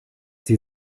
sie